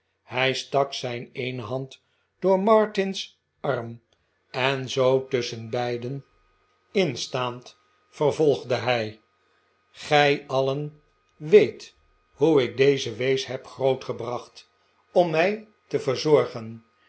hij stak zijn eene hand door martin's arm en zoo tusschen beiden in staand vervolgde hij gij alien weet hoe ik deze wees heb grootgebracht om mij te verzorgen